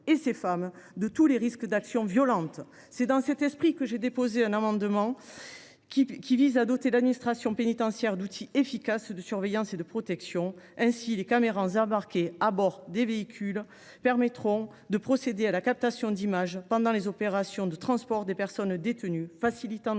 et ces femmes de tous les risques d’actions violentes. C’est dans cet esprit que j’ai déposé un amendement visant à doter l’administration pénitentiaire d’outils efficaces de surveillance et de protection. Ainsi, les caméras embarquées à bord des véhicules permettront de procéder à la captation d’images pendant les opérations de transport des personnes détenues, facilitant